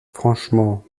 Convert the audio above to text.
franchement